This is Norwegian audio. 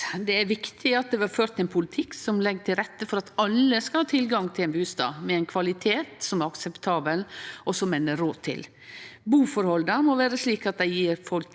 Det er viktig at det blir ført ein politikk som legg til rette for at alle skal ha tilgang til ein bustad med ein kvalitet som er akseptabel, og som ein har råd til. Buforholda må vere slik at dei gjev folk